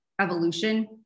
evolution